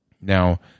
Now